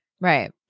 Right